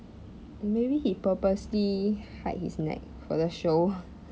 maybe he purposely hide his neck for the show